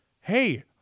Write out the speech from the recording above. Hey